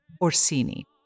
Orsini